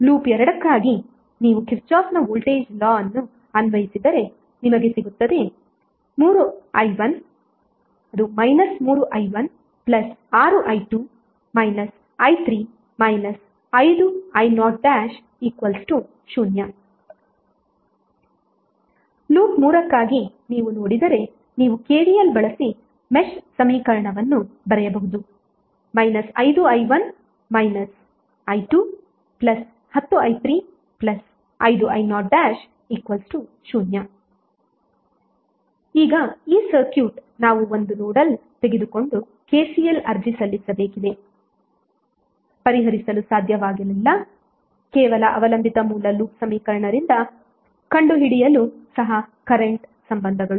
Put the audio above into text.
loop 2 ಗಾಗಿ ನೀವು ಕಿರ್ಚಾಫ್ನ ವೋಲ್ಟೇಜ್ ಲಾ ಅನ್ನು ಅನ್ವಯಿಸಿದರೆ ನಿಮಗೆಸಿಗುತ್ತದೆ 3i16i2 i3 5i00 ಲೂಪ್ 3 ಗಾಗಿ ನೀವು ನೋಡಿದರೆ ನೀವು KVL ಬಳಸಿ ಮೆಶ್ ಸಮೀಕರಣವನ್ನು ಬರೆಯಬಹುದು 5i1 i210i35i00 ಈಗ ಈ ಸರ್ಕ್ಯೂಟ್ ನಾವು ಒಂದು ನೋಡಲ್ ತೆಗೆದುಕೊಂಡು KCL ಅರ್ಜಿ ಸಲ್ಲಿಸಬೇಕಿದೆ ಪರಿಹರಿಸಲು ಸಾಧ್ಯವಾಗಲಿಲ್ಲ ಕೇವಲ ಅವಲಂಬಿತ ಮೂಲ ಲೂಪ್ ಸಮೀಕರಣ ರಿಂದ ಕಂಡುಹಿಡಿಯಲು ಸಹ ಕರೆಂಟ್ ಸಂಬಂಧಗಳು